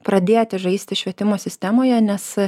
pradėti žaisti švietimo sistemoje nes